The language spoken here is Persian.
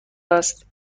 است